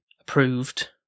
Approved